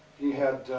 he had,